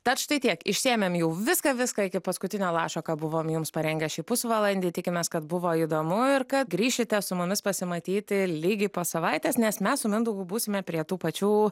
tad štai tiek išsėmėm jau viską viską iki paskutinio lašo ką buvom jums parengę šį pusvalandį tikimės kad buvo įdomu ir kad grįšite su mumis pasimatyti lygiai po savaitės nes mes su mindaugu būsime prie tų pačių